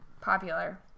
popular